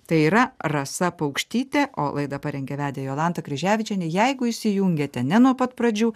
tai yra rasa paukštytė o laidą parengė vedė jolanta kryževičienė jeigu įsijungėte ne nuo pat pradžių